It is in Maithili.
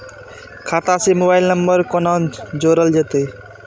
खाता से मोबाइल नंबर कोना जोरल जेते?